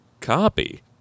copy